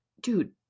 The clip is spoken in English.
dude